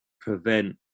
prevent